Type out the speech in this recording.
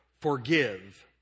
forgive